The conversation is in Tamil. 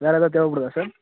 வேறு ஏதாவது தேவைப்படுதா சார்